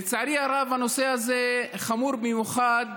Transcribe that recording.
לצערי הרב, הנושא הזה חמור במיוחד